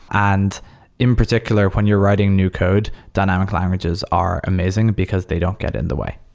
and in particular, when you're writing new code, dynamic languages are amazing because they don't get in the way.